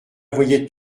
voyais